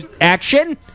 action